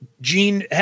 Gene